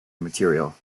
material